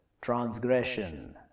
transgression